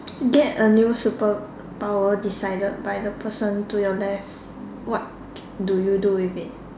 get a new superpower decided by the person to your left what do you do with it